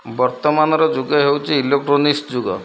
ବର୍ତ୍ତମାନର ଯୁଗ ହେଉଛି ଇଲେକ୍ଟ୍ରୋନିକ୍ସ୍ ଯୁଗ